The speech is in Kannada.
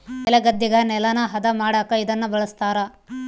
ನೆಲಗದ್ದೆಗ ನೆಲನ ಹದ ಮಾಡಕ ಇದನ್ನ ಬಳಸ್ತಾರ